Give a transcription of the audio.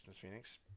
Phoenix